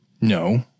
No